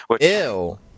Ew